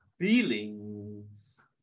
feelings